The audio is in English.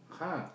!huh!